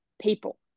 people